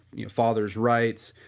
you know, father's rights,